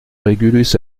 régulus